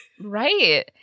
right